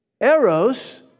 eros